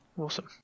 Awesome